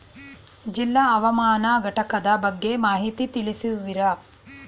ಜಿಲ್ಲಾ ಹವಾಮಾನ ಘಟಕದ ಬಗ್ಗೆ ಮಾಹಿತಿ ತಿಳಿಸುವಿರಾ?